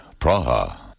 Praha